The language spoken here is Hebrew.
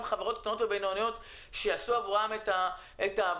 חברות קטנות ובינוניות שיעשו עבורן את העבודה,